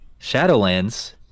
Shadowlands